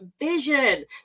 vision